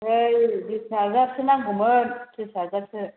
नै बिस हाजारसो नांगौमोन ट्रिस हाजारसो